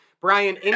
Brian